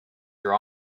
your